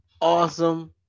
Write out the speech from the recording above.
awesome